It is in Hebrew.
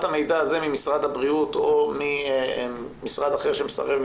המידע הזה ממשרד הבריאות או ממשרד אחר שמסרב,